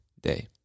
day